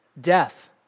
death